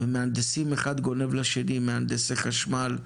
ומהנדסים אחד גונב לשני מהנדסי חשמל,